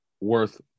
worth